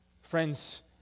Friends